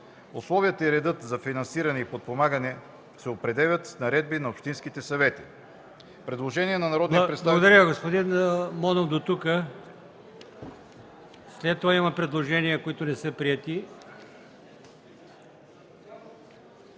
Условията и редът за финансиране и подпомагане се определят с наредби на общинските съвети.”